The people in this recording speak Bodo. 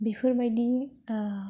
बेफोरबायदि